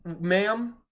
ma'am